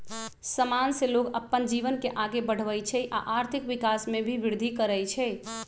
समान से लोग अप्पन जीवन के आगे बढ़वई छई आ आर्थिक विकास में भी विर्धि करई छई